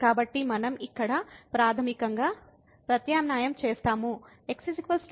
కాబట్టి మనం ఇక్కడ ప్రాథమికంగా ప్రత్యామ్నాయం చేస్తాము